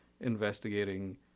investigating